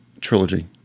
trilogy